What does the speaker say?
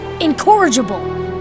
Incorrigible